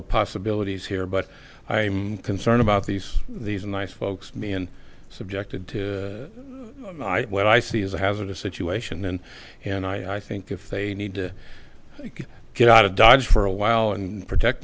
the possibilities here but i'm concerned about these these nice folks me and subjected to what i see as a hazardous situation and and i think if they need to could get out of dodge for a while and protect